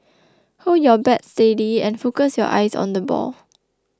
hold your bat steady and focus your eyes on the ball